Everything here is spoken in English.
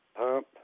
pump